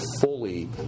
fully